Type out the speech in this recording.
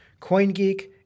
CoinGeek